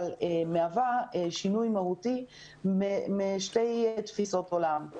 מהווה שינוי מהותי משתי תפיסות עולם.